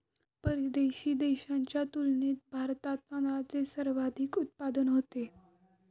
परदेशी देशांच्या तुलनेत भारतात तांदळाचे सर्वाधिक उत्पादन होते